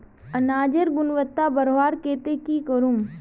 अनाजेर गुणवत्ता बढ़वार केते की करूम?